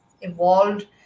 evolved